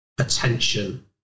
attention